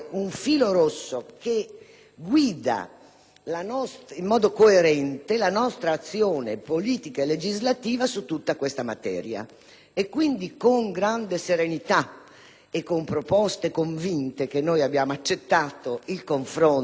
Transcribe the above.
in modo coerente la nostra azione politica e legislativa su tutta questa materia. È quindi, con grande serenità e con proposte convinte che abbiamo accettato il confronto con il Governo.